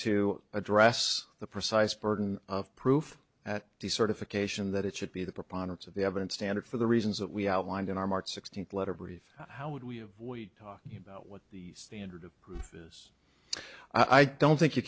to address the precise burden of proof at the certification that it should be the preponderance of the evidence standard for the reasons that we outlined in our march sixteenth letter brief how would we avoid talking about what the standard of proof is i don't think you